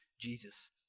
Jesus